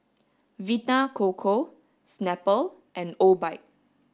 Vita Coco Snapple and Obike